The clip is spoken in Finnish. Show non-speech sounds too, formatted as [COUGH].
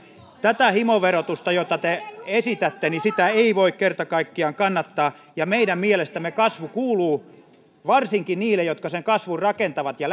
tätä himoverotusta jota te esitätte ei voi kerta kaikkiaan kannattaa meidän mielestämme kasvu kuuluu varsinkin niille jotka sen kasvun rakentavat ja [UNINTELLIGIBLE]